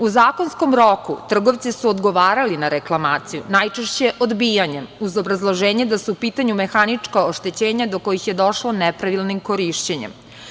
U zakonskom roku trgovci su odgovarali na reklamaciju, najčešće odbijanjem, uz obrazloženje da su u pitanju mehanička oštećenja do kojih je došlo nepravilnim korišćenjem.